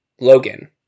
Logan